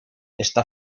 está